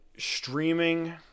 streaming